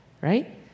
right